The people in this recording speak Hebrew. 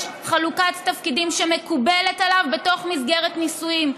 יש חלוקת תפקידים שמקובלת עליו בתוך מסגרת נישואים.